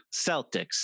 Celtics